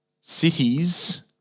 Cities